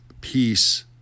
peace